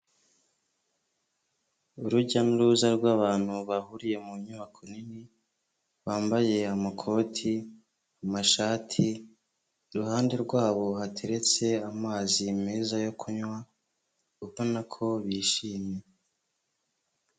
Urujya n'uruza rw'abantu bahuriye mu nyubako nini, bambaye amakoti, amashati, iruhande rwabo hateretse amazi meza yo kunywa, ubona ko bishimye.